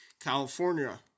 California